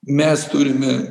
mes turime